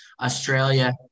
Australia